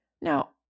Now